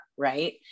right